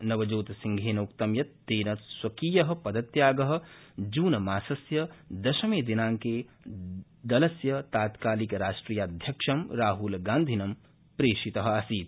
नवजोतसिंहेन उक्त यत् तेन स्वकीय पदत्याग जूनमास्य दशमे दिनांके दलस्य तत्कालिकराष्ट्रियाध्यक्ष राहुलगांधिन प्रेषित आसीत्